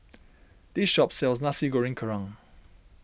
this shop sells Nasi Goreng Kerang